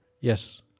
Yes